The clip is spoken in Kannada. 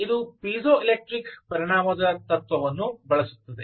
ಇದು ಪೀಜೋಎಲೆಕ್ಟ್ರಿಕ್ ಪರಿಣಾಮದ ತತ್ವವನ್ನು ಬಳಸುತ್ತದೆ